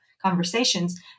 conversations